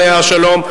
עליה השלום,